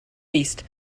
east